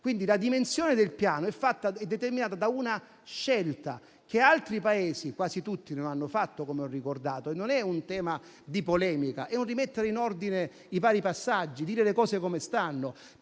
debito. La dimensione del Piano è quindi determinata da una scelta che altri Paesi (quasi tutti) non hanno fatto, come ho ricordato. Non è una polemica: è un rimettere in ordine i vari passaggi e dire le cose come stanno.